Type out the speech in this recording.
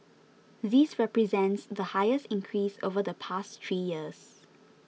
this represents the highest increase over the past three years